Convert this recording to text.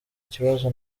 kibazo